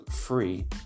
free